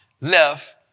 left